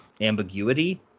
ambiguity